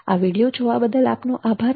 આ વીડિયો જોવા બદલ આપનો આભાર